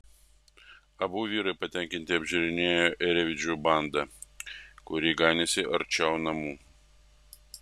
abu vyrai patenkinti apžiūrinėjo ėriavedžių bandą kuri ganėsi arčiau namų